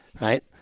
right